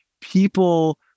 people